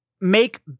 make